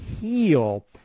heal